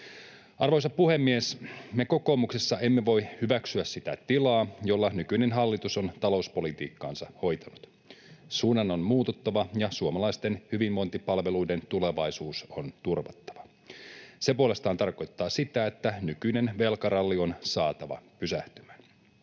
Arvoisa puhemies! Me kokoomuksessa emme voi hyväksyä sitä tilaa, jolla nykyinen hallitus on talouspolitiikkaansa hoitanut. Suunnan on muututtava, ja suomalaisten hyvinvointipalveluiden tulevaisuus on turvattava. Tämä puolestaan tarkoittaa sitä, että nykyinen velkaralli on saatava pysähtymään.